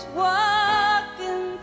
walking